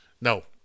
No